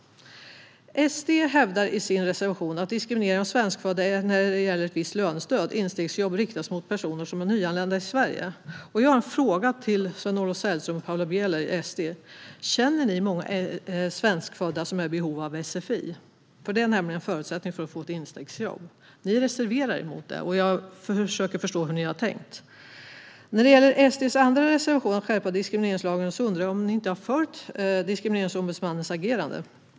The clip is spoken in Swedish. Sverigedemokraterna hävdar att det är diskriminering av svenskfödda när ett visst lönestöd - instegsjobb - riktas till personer som är nyanlända i Sverige. Jag har en fråga till Sven-Olov Sällström och Paula Bieler i Sverigedemokraterna: Känner ni många svenskfödda som är i behov av sfi? Det är nämligen en förutsättning för att få ett instegsjobb. Ni reserverar er mot det, och jag försöker förstå hur ni har tänkt. När det gäller Sverigedemokraternas andra reservation om att skärpa diskrimineringslagen undrar jag om ni inte har följt Diskrimineringsombudsmannens agerande.